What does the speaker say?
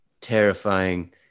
terrifying